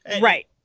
Right